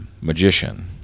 magician